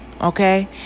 okay